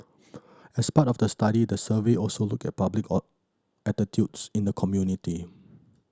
as part of the study the survey also looked at public attitudes in the community